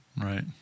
Right